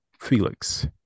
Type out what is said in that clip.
Felix